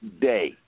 day